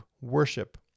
worship